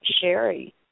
Sherry